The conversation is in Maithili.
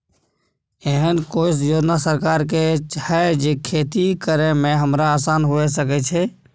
एहन कौय योजना सरकार के है जै खेती करे में हमरा आसान हुए सके छै?